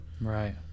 Right